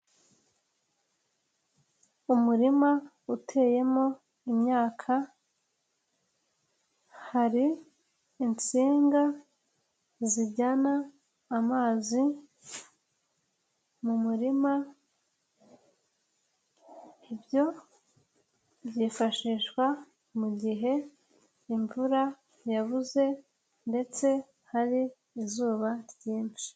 Umurima uteyemo imyaka hari insinga zijyana amazi mu murima ibyo byifashishwa mu gihe imvura yabuze ndetse hari izuba ryinshi.